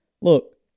Look